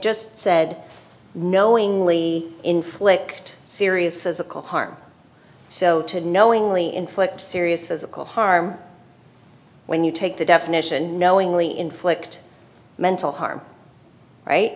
just said knowingly inflict serious physical harm so to knowingly inflict serious physical harm when you take the definition knowingly inflict mental harm